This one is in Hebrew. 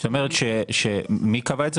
זאת אומרת, מי קבע את זה?